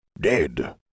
Dead